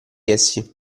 essi